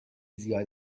زیاد